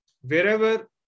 wherever